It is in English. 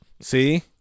See